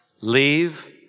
Leave